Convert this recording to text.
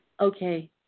okay